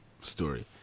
story